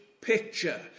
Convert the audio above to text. picture